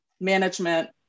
management